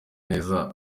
neza